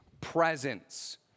presence